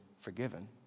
forgiven